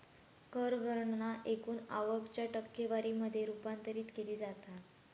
कर गणना एकूण आवक च्या टक्केवारी मध्ये रूपांतरित केली जाता